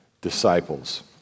disciples